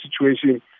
situation